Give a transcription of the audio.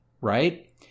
right